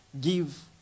give